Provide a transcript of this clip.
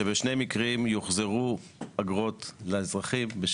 שבשני מקרים יוחזרו אגרות לאזרחים.